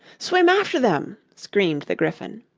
swim after them screamed the gryphon.